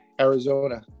Arizona